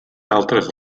altres